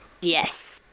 Yes